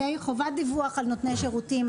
חובת דיווח על נותני שירותים.